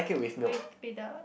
with without